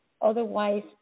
Otherwise